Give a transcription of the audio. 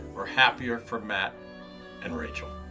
we're happier for matt and rachel.